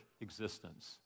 existence